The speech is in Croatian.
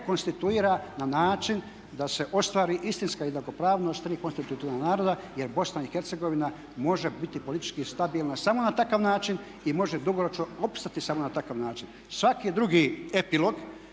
rekonstituira na način da se ostvari istinska jednakopravnost tri konstitutivna naroda jer Bosna i Hercegovina može biti politički stabilna samo na takav način i može dugoročno opstati samo na takav način. Svaki drugi epilog